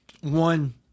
One